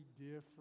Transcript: different